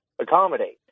accommodate